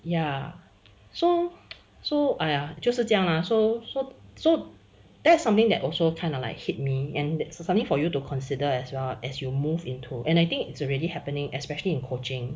ya so so !aiya! 就是这样啦 so so so that's something that also kinda like hit me and it's something for you to consider as well as you move into and I think it's already happening especially in coaching